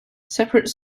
separate